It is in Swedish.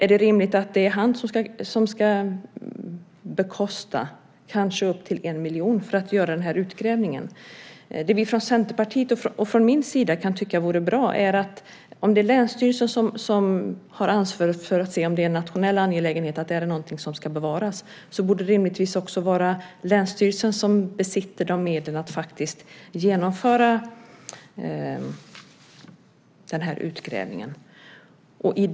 Är det rimligt att det är han som ska betala kanske upp till 1 miljon för att göra den här utgrävningen? Det som vi från Centerpartiets och min sida kan tycka vore bra är att om det är länsstyrelsen som har ansvaret för att se om det är en nationell angelägenhet och någonting som borde bevaras borde det rimligtvis också vara länsstyrelsen som har medlen att genomföra den här utgrävningen.